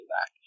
back